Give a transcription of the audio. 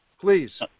please